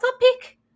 topic